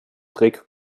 trick